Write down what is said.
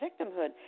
victimhood